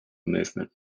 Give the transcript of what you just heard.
movement